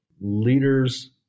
Leaders